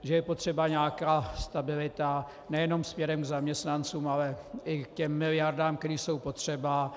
Že je potřeba nějaká stabilita nejenom směrem k zaměstnancům, ale i k těm miliardám, které jsou potřeba.